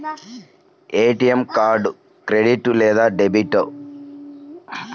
ATM card credit లేదా debit?